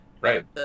Right